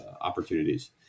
opportunities